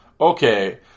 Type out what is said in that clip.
Okay